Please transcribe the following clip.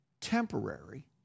temporary